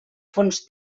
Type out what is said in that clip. fons